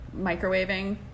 microwaving